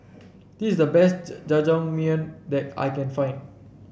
this is the best Jajangmyeon that I can find